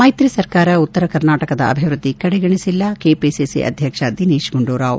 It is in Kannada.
ಮೈತ್ರಿ ಸರ್ಕಾರ ಉತ್ತರ ಕರ್ನಾಟಕದ ಅಭಿವೃದ್ಧಿ ಕಡೆಗಣಿಸಿಲ್ಲ ಕೆಪಿಸಿ ಅಧ್ಯಕ್ಷ ದಿನೇಶ್ ಗುಂಡೂರಾವ್